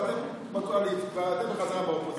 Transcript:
ואתם בחזרה באופוזיציה,